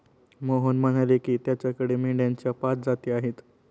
मोहन म्हणाले की, त्याच्याकडे मेंढ्यांच्या पाच जाती आहेत